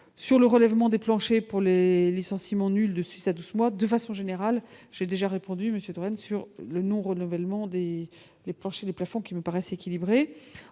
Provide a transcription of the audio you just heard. sur le relèvement des planchers pour les licenciements nuls de 6 à 12 mois de façon générale, j'ai déjà répondu monsieur sur le non-renouvellement des les proches des plafonds qui nous paraissent équilibrées